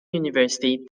university